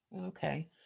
Okay